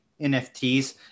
NFTs